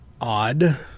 odd